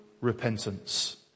repentance